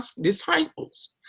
disciples